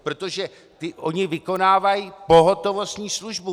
Protože oni vykonávají pohotovostní službu.